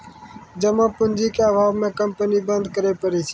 जमा पूंजी के अभावो मे कंपनी बंद करै पड़ै छै